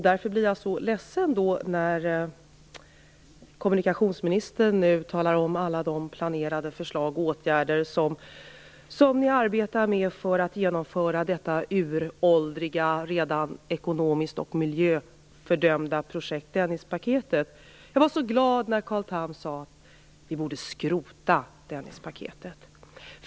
Därför blir jag så ledsen när kommunikationsministern nu talar om alla de planerade förslag och åtgärder som man arbetar med för att genomföra detta uråldriga, ekonomiskt och miljömässigt redan fördömda projekt, nämligen Dennispaketet. Jag var så glad när Carl Tham sade att vi borde skrota Dennispaketet.